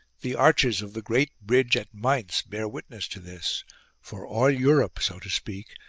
the arches of the great bridge at mainz bear witness to this for all europe, so to speak,